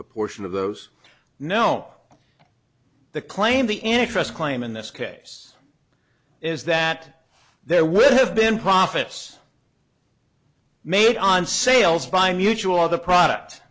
a portion of those no the claim the interest claim in this case is that there would have been profits made on sales by mutual of the product